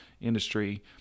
industry